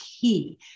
key